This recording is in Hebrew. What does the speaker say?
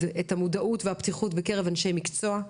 את המודעות ואת הפתיחות בקרב אנשים מקצוע,